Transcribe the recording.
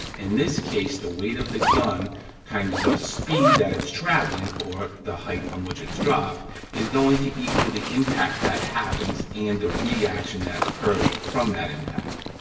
in this case, the weight of the gun times the speed that it's traveling or the height from which it's dropped is going to equal the impact that happens and the reaction that occurs from that impact.